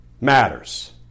matters